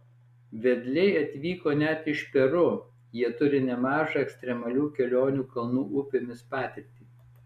vedliai atvyko net iš peru jie turi nemažą ekstremalių kelionių kalnų upėmis patirtį